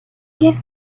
gave